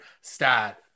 stat